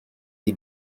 die